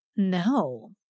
No